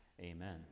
Amen